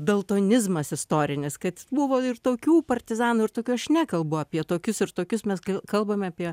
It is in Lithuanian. daltonizmas istorinis kad buvo ir tokių partizanų ir tokių aš nekalbu apie tokius ir tokius mes kai kalbame apie